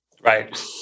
Right